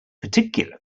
particular